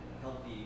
healthy